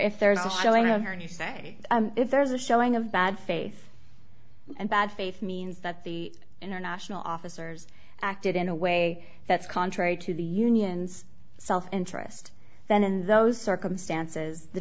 if there is a showing of her and you say if there is a showing of bad faith and bad faith means that the international officers acted in a way that's contrary to the union's self interest then in those circumstances the